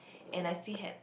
and I see had